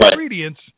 ingredients